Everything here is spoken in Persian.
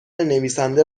نویسنده